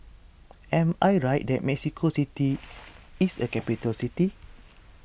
am I right that Mexico City is a capital city